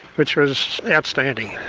which was outstanding.